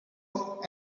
hog